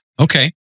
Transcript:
Okay